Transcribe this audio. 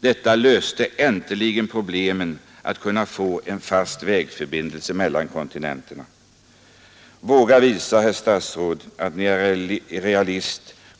Detta löste äntligen problemet att få en fast vägförbindelse mellan länderna. Våga visa, herr statsråd, att Ni är realist!